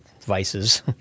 vices